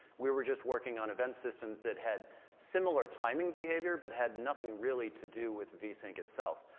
we were just working on event systems that had similar timing behavior but had nothing really to do with vsync itself.